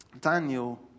Daniel